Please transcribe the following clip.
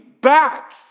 back